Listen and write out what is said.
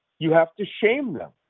you have to shame them.